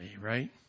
right